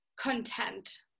content